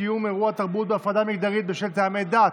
קיום אירועי תרבות בהפרדה מגדרית בשל טעמי דת),